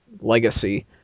legacy